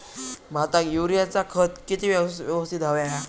भाताक युरियाचा खत किती यवस्तित हव्या?